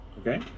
Okay